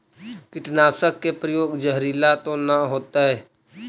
कीटनाशक के प्रयोग, जहरीला तो न होतैय?